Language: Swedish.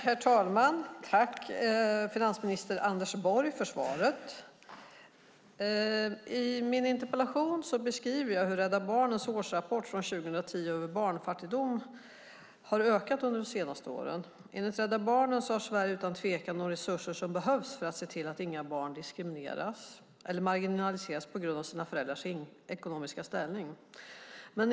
Herr talman! Jag tackar finansminister Anders Borg för svaret. I min interpellation skriver jag att Rädda Barnens årsrapport från 2010 om barnfattigdom visar att barnfattigdomen har ökat under de senaste åren. Enligt Rädda Barnen har Sverige utan tvekan de resurser som behövs för att se till att inga barn diskrimineras eller marginaliseras på grund av sina föräldrars ekonomiska ställning.